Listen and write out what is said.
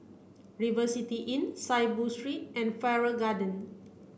River City Inn Saiboo Street and Farrer Garden